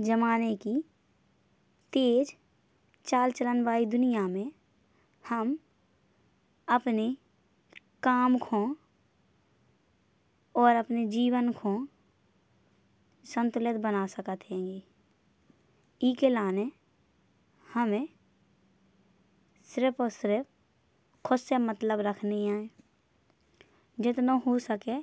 जमाने की तेज चाल चलन वाली दुनिया में हम अपने काम को। और अपने जीवन को सन्तुलित बना सकत हैंगे। इइखे लाने हमें सिर्फ और सिर्फ खुद से मतलब रखने आए। जितनो हो सके